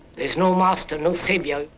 there's no master, no savior.